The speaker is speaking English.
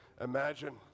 imagine